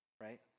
right